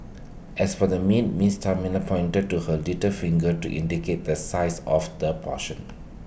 as for the meat miss tart miller pointed to her little finger to indicate the size of the portion